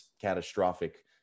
catastrophic